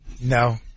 No